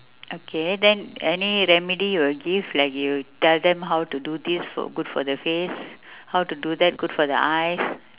okay then any remedy you would give like you tell them how to do this for good for the face how to do that good for the eyes